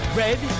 red